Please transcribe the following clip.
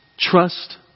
Trust